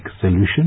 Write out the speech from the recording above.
solution